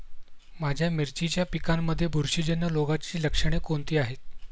माझ्या मिरचीच्या पिकांमध्ये बुरशीजन्य रोगाची लक्षणे कोणती आहेत?